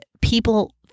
people